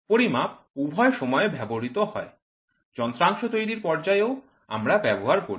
পরিমাপ উভয় সময়ে ব্যবহৃত হয় যন্ত্রাংশ তৈরীর পর্যায়েও আমরা ব্যবহার করি